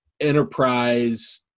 enterprise